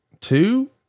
two